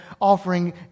offering